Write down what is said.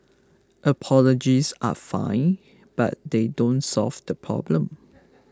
apologies are fine but they don't solve the problem